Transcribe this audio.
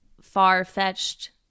far-fetched